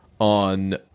on